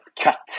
cut